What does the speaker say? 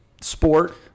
sport